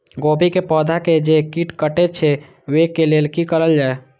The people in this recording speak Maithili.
गोभी के पौधा के जे कीट कटे छे वे के लेल की करल जाय?